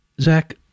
Zach